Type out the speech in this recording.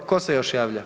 Tko se još javlja?